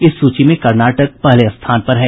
इस सूची में कर्नाटक पहले स्थान पर है